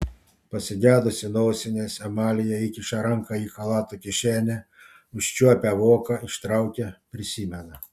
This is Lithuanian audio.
pasigedusi nosinės amalija įkiša ranką į chalato kišenę užčiuopia voką ištraukia prisimena